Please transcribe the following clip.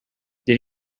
did